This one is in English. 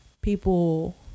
people